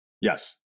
Yes